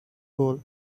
goal